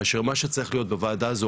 כאשר מה שצריך להיות בוועדה הזו,